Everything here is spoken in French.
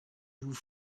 vous